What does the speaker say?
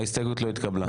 ההסתייגות לא התקבלה.